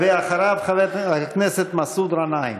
אחריו, חבר הכנסת מסעוד גנאים.